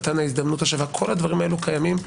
מתן ההזדמנות השווה כל הדברים הללו קיימים.